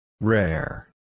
Rare